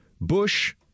Bush